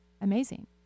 amazing